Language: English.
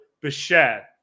Bichette